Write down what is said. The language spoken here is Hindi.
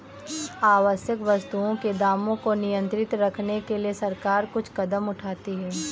आवश्यक वस्तुओं के दामों को नियंत्रित रखने के लिए सरकार कुछ कदम उठाती है